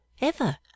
ever